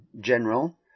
general